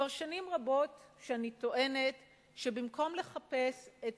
כבר שנים רבות אני טוענת שבמקום לחפש את